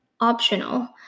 optional